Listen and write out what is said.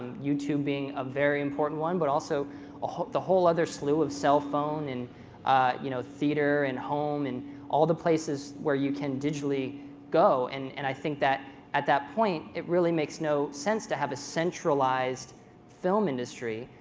youtube being a very important one, but also ah the whole other slew of cell phone and you know theater and home, and all the places where you can digitally go. and and i think that at that point it really makes no sense to have a centralized film industry.